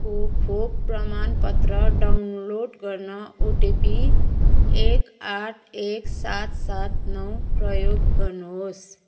को खोप प्रमाणपत्र डाउनलोड गर्न ओटिपी एक आठ एक सात सात नौ प्रयोग गर्नुहोस्